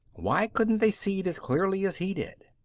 why couldn't they see it as clearly as he did?